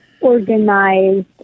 organized